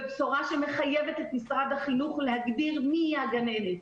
ובשורה שמחייבת את משרד החינוך להגדיר מי היא הגננת,